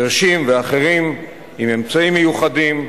חירשים ואחרים, עם אמצעים מיוחדים,